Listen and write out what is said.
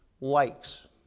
likes